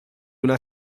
una